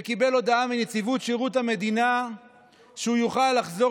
וקיבל הודעה מנציבות שירות המדינה שהוא יוכל לחזור